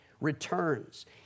returns